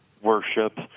worship